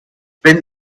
wenn